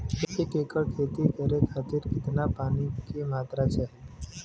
एक एकड़ खेती करे खातिर कितना पानी के मात्रा चाही?